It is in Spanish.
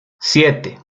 siete